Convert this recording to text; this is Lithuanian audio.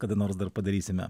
kada nors dar padarysime